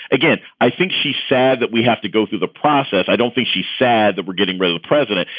again, i think she said that we have to go through the process. i don't think she said that we're getting rid of a president.